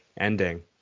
ending